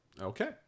Okay